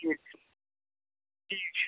ٹھیٖک چھُ ٹھیٖک چھُ